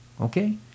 Okay